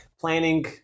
planning